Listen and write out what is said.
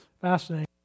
fascinating